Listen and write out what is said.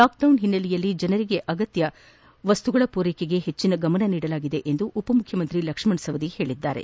lockdown ಹಿನ್ನೆಲೆಯಲ್ಲಿ ಜನರಿಗೆ ಬೇಕಾದ ಅವಶ್ಯಕ ವಸ್ತುಗಳ ಪೂರೈಕೆಗೆ ಹೆಚ್ಚಿನ ಗಮನ ನೀಡಲಾಗಿದೆ ಎಂದು ಉಪಮುಖ್ಯಮಂತ್ರಿ ಲಕ್ಷ್ಮಣ ಸವದಿ ಹೇಳಿದ್ದಾರೆ